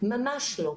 ממש לא.